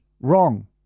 wrong